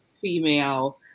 female